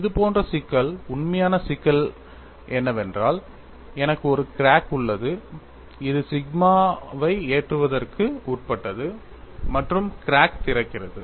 இது போன்ற சிக்கல் உண்மையான சிக்கல் என்னவென்றால் எனக்கு ஒரு கிராக் உள்ளது இது சிக்மாவை ஏற்றுவதற்கு உட்பட்டது மற்றும் கிராக் திறக்கிறது